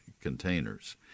containers